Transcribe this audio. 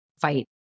fight